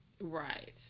Right